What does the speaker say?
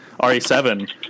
RE7